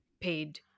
paid